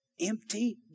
empty